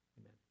amen